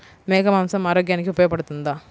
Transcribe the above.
మేక మాంసం ఆరోగ్యానికి ఉపయోగపడుతుందా?